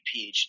PhD